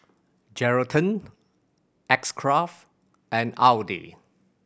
Geraldton X Craft and Audi